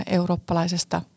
eurooppalaisesta